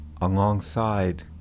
alongside